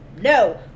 no